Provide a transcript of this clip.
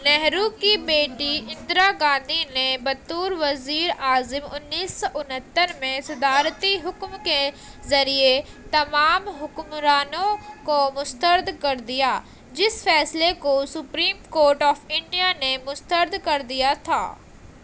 نہرو کی بیٹی اندرا گاندھی نے بطور وزیر اعظم انیس سو انہتر میں صدارتی حکم کے ذریعے تمام حکمرانوں کو مسترد کر دیا جس فیصلے کو سپریم کورٹ آف انڈیا نے مسترد کر دیا تھا